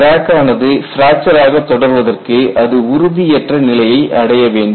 crack ஆனது fracture ஆக தொடர்வதற்கு அது உறுதியற்ற நிலையை அடைய வேண்டும்